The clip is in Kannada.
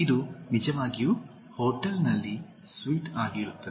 ಇದು ನಿಜವಾಗಿಯೂ ಹೋಟೆಲ್ನಲ್ಲಿ ಸ್ವೀಟ್ ಯಾಗಿರುತ್ತದೆ